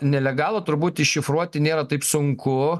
nelegalą turbūt iššifruoti nėra taip sunku